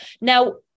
Now